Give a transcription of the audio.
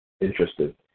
interested